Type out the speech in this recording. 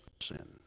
sin